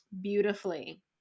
beautifully